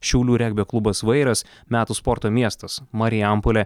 šiaulių regbio klubas vairas metų sporto miestas marijampolė